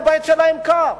הבית שלהם קר,